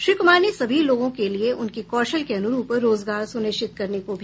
श्री कुमार ने सभी लोगों के लिए उनके कौशल के अनुरूप रोजगार सुनिश्चित करने को भी कहा